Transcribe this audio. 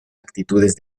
actitudes